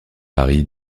paris